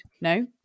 No